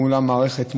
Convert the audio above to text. מול המערכת,